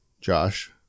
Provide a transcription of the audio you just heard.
josh